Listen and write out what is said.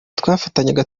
twafatanya